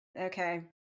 okay